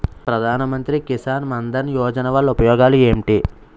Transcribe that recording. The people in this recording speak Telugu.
ప్రధాన మంత్రి కిసాన్ మన్ ధన్ యోజన వల్ల ఉపయోగాలు ఏంటి?